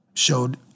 showed